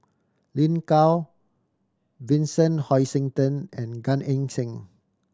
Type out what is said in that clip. Lin Gao Vincent Hoisington and Gan Eng Seng